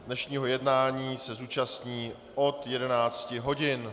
Dnešního jednání se zúčastní od 11 hodin.